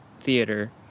theater